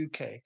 UK